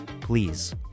Please